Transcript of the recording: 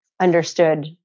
understood